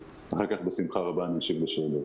ואחר כך בשמחה רבה אני אשיב לשאלות.